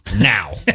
now